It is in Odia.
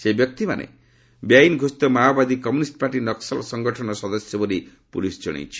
ସେହି ବ୍ୟକ୍ତିମାନେ ବେଆଇନ୍ ଘୋଷିତ ମାଓବାଦୀ କମ୍ୟୁନିଷ୍ଟ ପାର୍ଟି ନକ୍କଲ ସଂଗଠନର ସଦସ୍ୟ ବୋଲି ପୁଲିସ୍ ଜଣେଇଛି